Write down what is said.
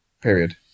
Period